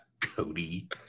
Cody